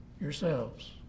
yourselves